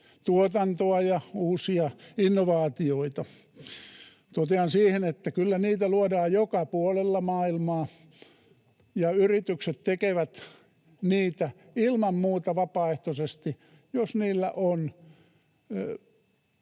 tuotantoa ja uusia innovaatioita. Totean siihen, että kyllä niitä luodaan joka puolella maailmaa ja yritykset tekevät niitä ilman muuta vapaaehtoisesti, jos niillä on